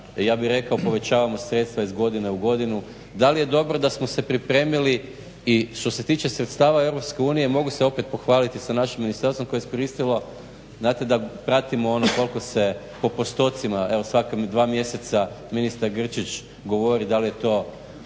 ja bi rekao povećavamo sredstva iz godine u godinu, da li je dobro da smo se pripremili? I što se tiče sredstava EU mogu se opet pohvaliti sa našim ministarstvo koje je iskoristilo, znate da pratimo ono koliko se po postocima, evo svaka mi 2 mjeseca ministar Grčić govori da li je to